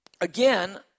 again